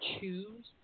choose